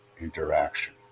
interaction